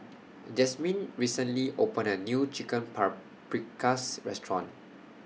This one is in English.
Jasmyn recently opened A New Chicken Paprikas Restaurant